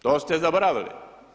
To ste zaboravili.